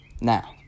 Now